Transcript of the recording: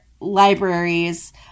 libraries